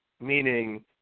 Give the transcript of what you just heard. meaning